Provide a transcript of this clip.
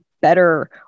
better